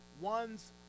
ones